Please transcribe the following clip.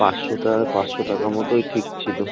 পাঁচশোটা পাঁচশো টাকা মতোই ঠিক ছিল